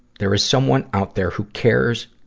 there is someone out there who cares,